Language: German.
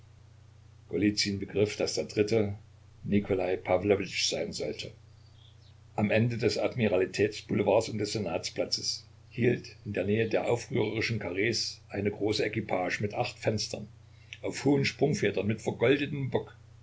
begriff daß der dritte nikolai pawlowitsch sein sollte am ende des admiralitätsboulevards und des senatsplatzes hielt in der nähe der aufrührerischen karrees eine große equipage mit acht fenstern auf hohen sprungfedern mit vergoldetem bock